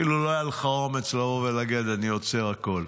אפילו לא היה לך אומץ לבוא ולהגיד: אני עוצר הכול.